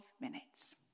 minutes